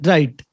Right